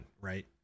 right